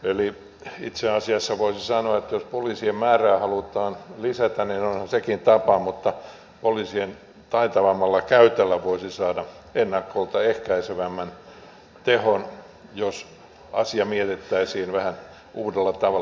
eli itse asiassa voisi sanoa että jos poliisien määrää halutaan lisätä niin onhan sekin tapa mutta poliisien taitavammalla käytöllä voisi saada ennakolta ehkäisevämmän tehon jos asia miellettäisiin vähän uudella tavalla